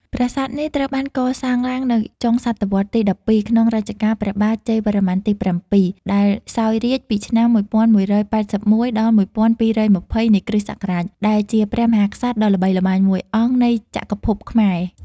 ប្រាសាទនេះត្រូវបានកសាងឡើងនៅចុងសតវត្សរ៍ទី ១២ ក្នុងរជ្ជកាលព្រះបាទជ័យវរ្ម័នទី ៧ ដែលសោយរាជ្យពីឆ្នាំ ១១៨១ - ១២២០ នៃគ.ស. ដែលជាព្រះមហាក្សត្រដ៏ល្បីល្បាញមួយអង្គនៃចក្រភពខ្មែរ។